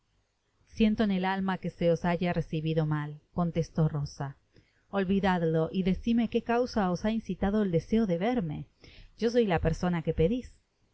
siento en el alma que sé os haya recibido mal contestó rosa olvidadlo y decidme que causa os ha incitado el deseo de verme yo soy la persona que pedis